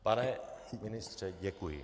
Pane ministře, děkuji.